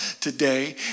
today